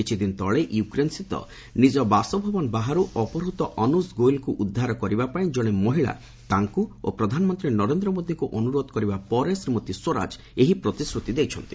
କିଛି ଦିନ ତଳେ ୟୁକ୍ରେନ୍ସ୍ଥିତ ନିଜ ବାସଭବନ ବାହାରୁ ଅପହୂଦ ଅନୁକ୍ ଗୋଏଲଙ୍କୁ ଉଦ୍ଧାର କରିବା ପାଇଁ ଜଣେ ମହିଳା ତାଙ୍କୁ ଓ ପ୍ରଧାନମନ୍ତ୍ରୀ ନରେନ୍ଦ୍ର ମୋଦିଙ୍କୁ ଅନୁରୋଧ କରିବା ପରେ ଶ୍ରୀମତୀ ସ୍ୱରାଜ ଏହି ପ୍ରତିଶ୍ରତି ଦେଇଛନ୍ତି